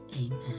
Amen